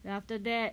then after that